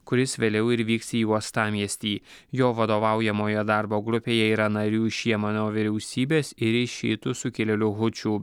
kuris vėliau ir vyks į uostamiestį jo vadovaujamoje darbo grupėje yra narių iš jemeno vyriausybės ir iš šiitų sukilėlių hučių